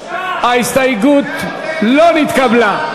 ההסתייגות לא נתקבלה.